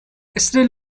still